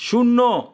শূন্য